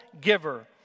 giver